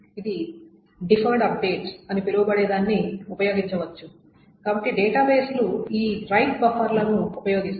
ఇది deferred updates అని పిలవబడేదాన్ని ఉపయోగించ వచ్చు కాబట్టి డేటాబేస్లు ఈ రైట్ బఫర్లను ఉపయోగిస్తాయి